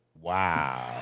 Wow